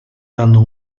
hanno